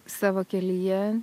savo kelyje